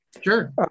Sure